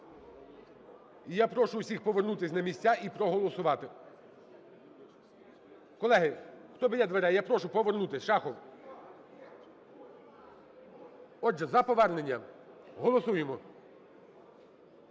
я прошу усіх повернутися на місця і проголосувати. Колеги, хто біля дверей, я прошу повернутися. Шахов! Отже, за повернення голосуємо.